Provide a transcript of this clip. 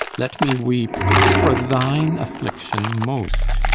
let me weep for thine affliction most,